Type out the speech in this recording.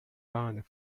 band